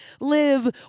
live